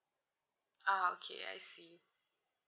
ah okay I see